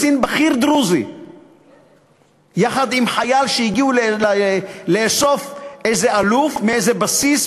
שקצין בכיר דרוזי יחד עם חייל הגיעו לאסוף איזה אלוף מאיזה בסיס,